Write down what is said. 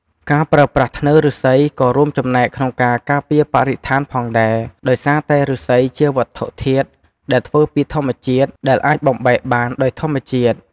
ការប្រើប្រាស់ធ្នើរឬស្សីក៏រួមចំណែកក្នុងការការពារបរិស្ថានផងដែរ ដោយសារតែឬស្សីជាវត្ថុធាតុដែលធ្វើពីធម្មជាតិដែលអាចបំបែកបានដោយធម្មជាតិ។